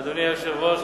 אדוני היושב-ראש,